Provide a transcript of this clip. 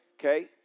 okay